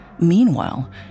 Meanwhile